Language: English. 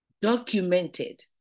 documented